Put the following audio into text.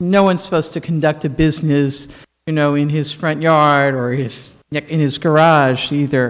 no one's supposed to conduct a business you know in his front yard or his in his garage either